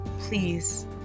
Please